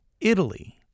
italy